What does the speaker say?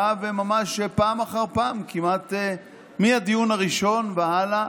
בא וממש פעם אחר פעם, כמעט מהדיון הראשון והלאה,